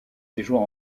séjours